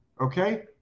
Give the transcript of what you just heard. okay